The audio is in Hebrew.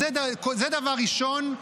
אז זה דבר ראשון,